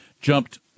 jumped